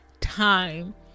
time